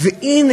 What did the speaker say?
והנה,